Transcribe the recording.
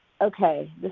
okay